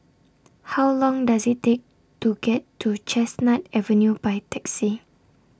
How Long Does IT Take to get to Chestnut Avenue By Taxi